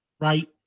Right